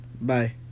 Bye